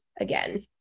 again